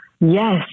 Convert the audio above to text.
Yes